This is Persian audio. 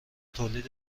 تولید